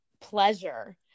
pleasure